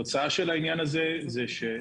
13:02) התוצאה של העניין הזה היא גם